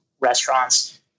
restaurants